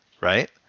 Right